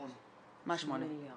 8 מיליארד.